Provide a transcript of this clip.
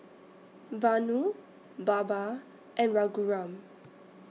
Vanu Baba and Raghuram